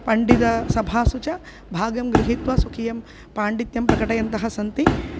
पण्डितसभासु च भागं गृहीत्वा स्वकीयं पाण्डित्यं प्रकटयन्तः सन्ति